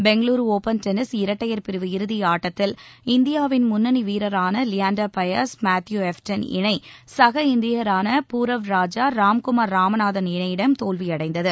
Bengaluru open tennis இரட்டையர் பிரிவு இறுதியாட்டத்தில் இந்தியாவின் முன்னணி வீரரான லியாண்டர் பயஸ் மேத்யூ எப்டன் இணை சக இந்தியரான பூரவ் ராஜா ராம்குமார் ராமநாதன் இணையிடம் தோல்வியடைந்தது